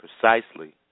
precisely